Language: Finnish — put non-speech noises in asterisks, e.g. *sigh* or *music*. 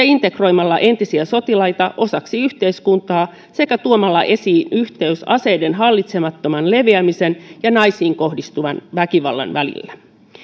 *unintelligible* integroimalla entisiä sotilaita osaksi yhteiskuntaa sekä tuomalla esiin yhteys aseiden hallitsemattoman leviämisen ja naisiin kohdistuvan väkivallan välillä